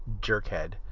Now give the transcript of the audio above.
Jerkhead